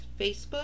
facebook